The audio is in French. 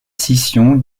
scission